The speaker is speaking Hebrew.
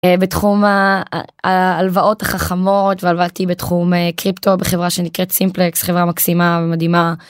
בתחום ההלוואות החכמות ועבדתי בתחום קריפטו בחברה שנקראת סימפלקס חברה מקסימה מדהימה.